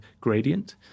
gradient